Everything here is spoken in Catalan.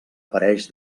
apareix